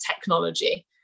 technology